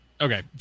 Okay